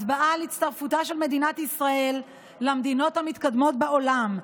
הצבעה על הצטרפותה של מדינת ישאל למדינות המתקדמות בעולם,